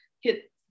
hit